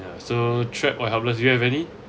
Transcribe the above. ya so trapped or helpless do you have any